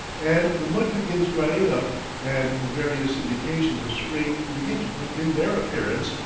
and the mud begins drying up and the various indications of spring begin to put in their appearance,